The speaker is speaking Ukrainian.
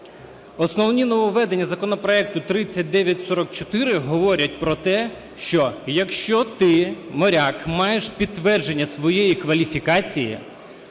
Основні нововведення законопроекту 3944 говорять про те, що якщо ти, моряк, маєш підтвердження своєї кваліфікації,